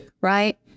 Right